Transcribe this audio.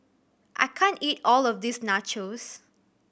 I can't eat all of this Nachos